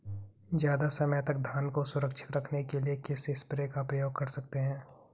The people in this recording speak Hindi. ज़्यादा समय तक धान को सुरक्षित रखने के लिए किस स्प्रे का प्रयोग कर सकते हैं?